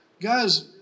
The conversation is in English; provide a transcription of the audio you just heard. guys